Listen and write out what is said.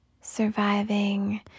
surviving